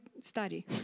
study